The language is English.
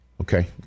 Okay